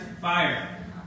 fire